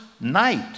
night